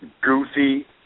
goofy